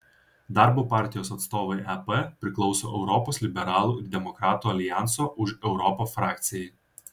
darbo partijos atstovai ep priklauso europos liberalų ir demokratų aljanso už europą frakcijai